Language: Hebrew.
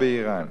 רבותי,